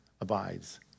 abides